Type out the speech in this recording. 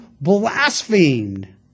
blasphemed